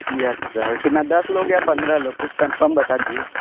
yes sir कितना दस लोग या पन्द्रह लोग कुछ कन्फर्म बता दीजिए